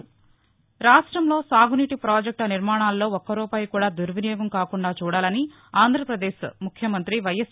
ర్కాష్టంలో సాగునీటి పాజెక్షుల నిర్మాణాల్లో ఒక్క రూపాయి కూడా దుర్వినియోగం కాకుండా చూడాలని ఆంధ్రాపదేశ్ ముఖ్యమంత్రి వైఎస్